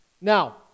Now